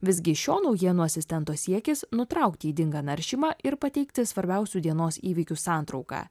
visgi šio naujienų asistento siekis nutraukti ydingą naršymą ir pateikti svarbiausių dienos įvykių santrauką